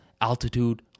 altitude